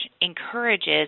encourages